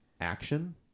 action